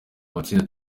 amatsinda